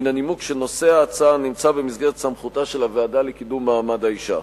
מן הנימוק שנושא ההצעה נמצא במסגרת סמכותה של הוועדה לקידום מעמד האשה.